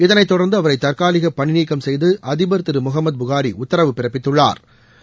இதை தொடர்ந்து அவரை தற்காலிக பணிநீக்கம் செய்து அதிபர் திரு முகமது புகாரி உத்தரவு பிறப்பித்துள்ளாா்